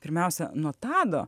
pirmiausia nuo tado